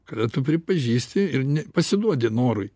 kada tu pripažįsti ir ne pasiduodi norui